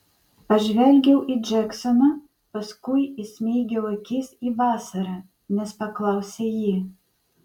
pažvelgiau į džeksoną paskui įsmeigiau akis į vasarą nes paklausė ji